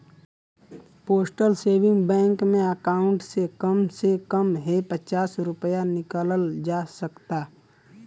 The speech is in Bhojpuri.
पोस्टल सेविंग बैंक में अकाउंट से कम से कम हे पचास रूपया निकालल जा सकता